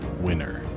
winner